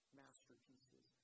masterpieces